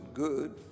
good